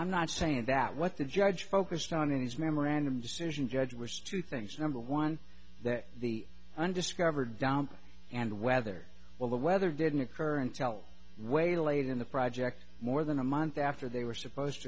i'm not saying that what the judge focused on in his memorandum decision judge was two things number one that the undiscovered down and whether well the weather didn't occur and tell way late in the project more than a month after they were supposed